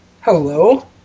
Hello